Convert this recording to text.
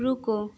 रुको